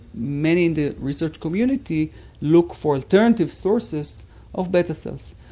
many in the research community look for alternative sources of beta cells.